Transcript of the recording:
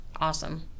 Awesome